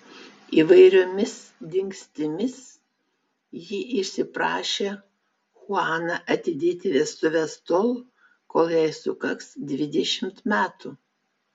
įvairiomis dingstimis ji išsiprašė chuaną atidėti vestuves tol kol jai sukaks dvidešimt metų